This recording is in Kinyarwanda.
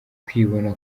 kwibona